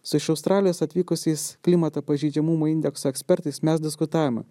su iš australijos atvykusiais klimato pažeidžiamumo indekso ekspertais mes diskutavome